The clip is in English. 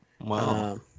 Wow